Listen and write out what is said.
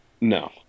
No